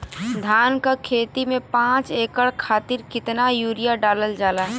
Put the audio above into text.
धान क खेती में पांच एकड़ खातिर कितना यूरिया डालल जाला?